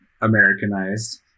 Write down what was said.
Americanized